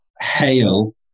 hail